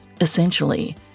Essentially